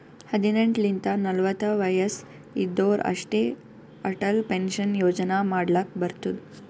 ಹದಿನೆಂಟ್ ಲಿಂತ ನಲ್ವತ ವಯಸ್ಸ್ ಇದ್ದೋರ್ ಅಷ್ಟೇ ಅಟಲ್ ಪೆನ್ಷನ್ ಯೋಜನಾ ಮಾಡ್ಲಕ್ ಬರ್ತುದ್